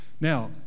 Now